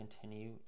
continue